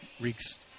reeks